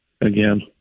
again